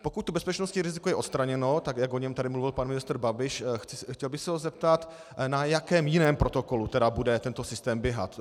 Pokud je bezpečnostní riziko odstraněno, jak o něm mluvil pan ministr Babiš, chtěl bych se ho zeptat, na jakém jiném protokolu tedy bude tento systém běhat.